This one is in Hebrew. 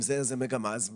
אם זאת מגמה, אז תבורך.